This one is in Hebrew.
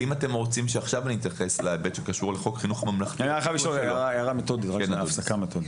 אני חייב הפסקה מתודית.